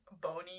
bony